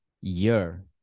year